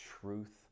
truth